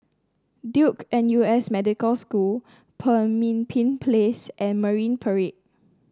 Duke N U S Medical School Pemimpin Place and Marine Parade